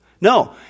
No